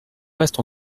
reste